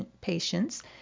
patients